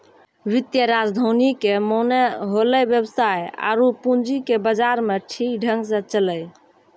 वित्तीय राजधानी के माने होलै वेवसाय आरु पूंजी के बाजार मे ठीक ढंग से चलैय